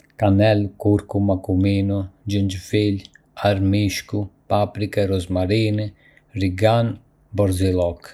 Ka shumë erëza, si piper i zi, kanellë, kurkuma, kumino, xhenxhefil, arrë myshku, paprikë, rozmarinë, origan dhe borzilok. Çdo erëz ka shijen e saj unike dhe përdoret në kuzhina të ndryshme për të theksuar pjatat.